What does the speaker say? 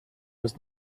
was